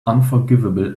unforgivable